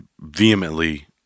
vehemently